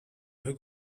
who